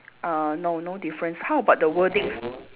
uh no no difference how about the wordings